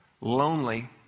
lonely